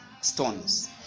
stones